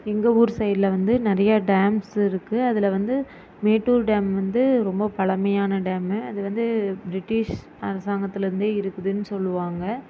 எங்கள் ஊர் சைடில் வந்து நிறைய டேம்ஸ் இருக்குது அதில் வந்து மேட்டூர் டேம் வந்து ரொம்ப பழைமையான டேம்மு அது வந்து பிரிட்டிஷ் அரசாங்கத்துலிருந்தே இருக்குதுனு சொல்லுவாங்க